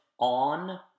on